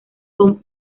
con